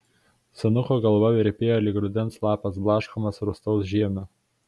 senuko galva virpėjo lyg rudens lapas blaškomas rūstaus žiemio